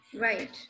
Right